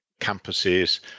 campuses